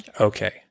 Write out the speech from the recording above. Okay